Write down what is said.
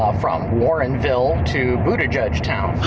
um from warrenville to buttigieg-town